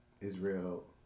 Israel